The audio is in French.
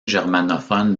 germanophone